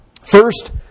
First